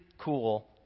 cool